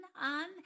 on